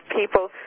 people